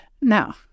No